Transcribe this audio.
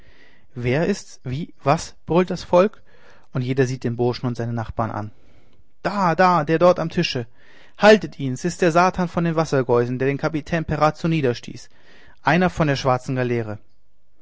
wer ist's wie was brüllt das volk und jeder sieht den burschen und seine nachbarn an da da der dort am tisch haltet ihn s ist der satan von den wassergeusen der den kapitän perazzo niederstieß einer von der schwarzen galeere